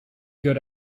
got